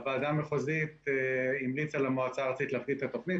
הוועדה המחוזית המליצה למועצה הארצית להפקיד את התוכנית,